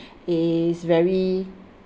is very